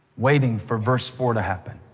waiting for verse four to happen.